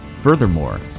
furthermore